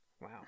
Wow